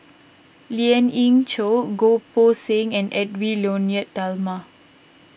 Lien Ying Chow Goh Poh Seng and Edwy Lyonet Talma